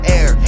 Air